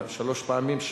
שלוש פעמים,